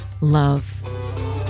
love